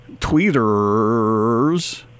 tweeters